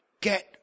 get